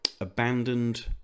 abandoned